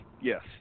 Yes